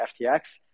FTX